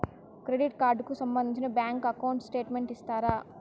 Credit card కు సంబంధించిన bank account statement ఇస్తారా?